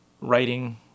writing